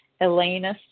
Elena